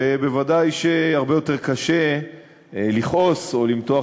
ובוודאי שהרבה יותר קשה לכעוס או למתוח